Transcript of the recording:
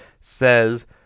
says